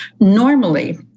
normally